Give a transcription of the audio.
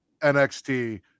NXT